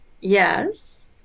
yes